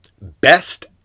best